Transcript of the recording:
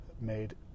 Made